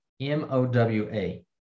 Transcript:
M-O-W-A